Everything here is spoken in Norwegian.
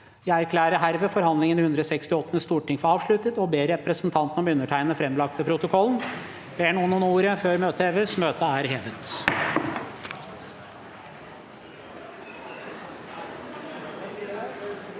Jeg erklærer herved forhandlingene i det 168. storting for avsluttet og ber representantene om å undertegne den framlagte protokollen. Ber noen om ordet før møtet heves? – Møtet er hevet.